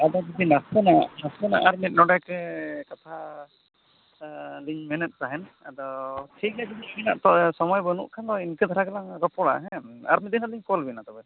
ᱟᱫᱚ ᱡᱩᱫᱤ ᱱᱟᱥᱮᱱᱟᱜ ᱱᱟᱥᱮᱱᱟᱜ ᱟᱨ ᱢᱤᱫ ᱰᱚᱰᱮᱠ ᱠᱟᱛᱷᱟ ᱞᱤᱧ ᱢᱮᱱᱮᱫ ᱛᱟᱦᱮᱱ ᱟᱫᱚ ᱴᱷᱤᱠ ᱜᱮᱭᱟ ᱡᱟᱹᱱᱤᱡ ᱩᱱᱟᱹᱜ ᱥᱚᱢᱚᱭ ᱵᱟᱹᱱᱩᱜ ᱠᱷᱟᱱ ᱫᱚ ᱤᱱᱠᱟᱹ ᱫᱷᱟᱨᱟ ᱜᱮᱞᱟᱝ ᱨᱚᱯᱚᱲᱟ ᱦᱮᱸ ᱟᱨ ᱢᱤᱫ ᱫᱤᱱ ᱦᱟᱸᱜ ᱞᱤᱧ ᱯᱷᱳᱱ ᱵᱮᱱᱟ ᱛᱚᱵᱮ